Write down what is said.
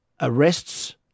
arrests